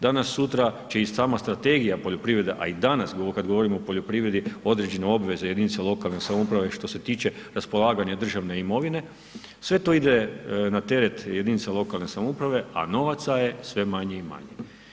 Danas-sutra će i sama strategija poljoprivrede a i danas kad govorimo o poljoprivredi određene obveze jedinica lokalne samouprave što se tiče raspolaganja državne imovine, sve to ide na teret jedinica lokalne samouprave, a novaca je sve manje i manje.